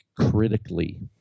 critically